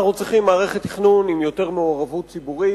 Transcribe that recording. אנחנו צריכים מערכת תכנון עם יותר מעורבות ציבורית